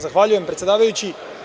Zahvaljujem, predsedavajući.